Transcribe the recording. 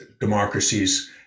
democracies